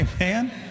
Amen